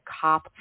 cop